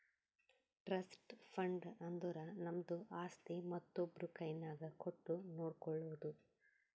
trust fund ಅಂದುರ್ ನಮ್ದು ಆಸ್ತಿ ಮತ್ತೊಬ್ರು ಕೈನಾಗ್ ಕೊಟ್ಟು ನೋಡ್ಕೊಳೋದು